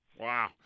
Wow